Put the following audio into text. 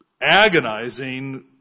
agonizing